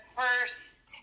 first